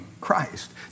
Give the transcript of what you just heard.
Christ